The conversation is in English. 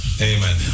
Amen